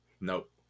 Nope